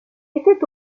était